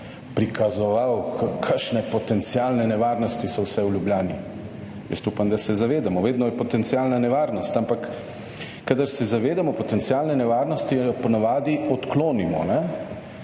prikazoval, kakšne potencialne nevarnosti so vse v Ljubljani. Jaz upam, da se zavedamo, vedno je potencialna nevarnost, ampak kadar se zavedamo potencialne nevarnosti, jo po navadi odklonimo. In